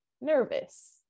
nervous